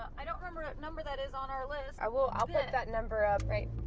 i don't remember a number that is on our list. i will i'll put that number up right